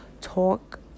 talk